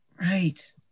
Right